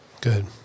Good